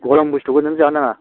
गरम बस्थुखौ नों जानो नाङा